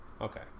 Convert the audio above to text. Okay